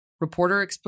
reporter